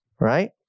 right